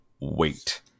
wait